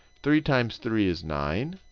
three times three is nine.